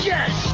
Yes